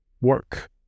work